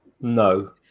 No